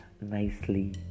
nicely